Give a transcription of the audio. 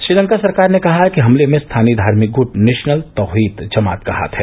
श्रीलंका सरकार ने कहा है कि हमले में स्थानीय धार्मिक गृट नेशनल तौहीद जमात का हाथ है